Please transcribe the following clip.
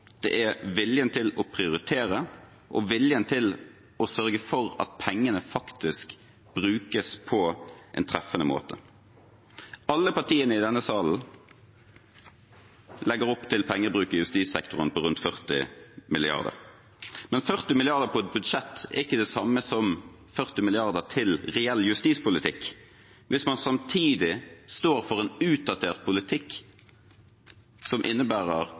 Det er viljen til å prioritere og viljen til å sørge for at pengene faktisk brukes på en treffende måte. Alle partiene i denne salen legger opp til pengebruk i justissektoren på rundt 40 mrd. kr. Men 40 mrd. kr i et budsjett er ikke det samme som 40 mrd. kr til reell justispolitikk hvis man samtidig står for en utdatert politikk som innebærer